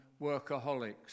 workaholics